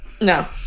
No